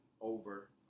over